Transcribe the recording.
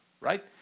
right